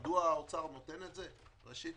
מדוע האוצר נותן את זה ראשית,